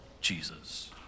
Jesus